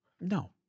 no